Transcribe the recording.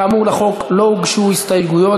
כאמור, לחוק לא הוגשו הסתייגויות.